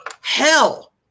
hell